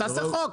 תעשה חוק,